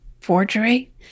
forgery